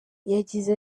yagize